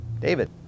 David